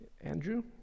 Andrew